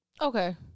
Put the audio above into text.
Okay